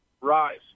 Rise